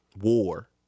war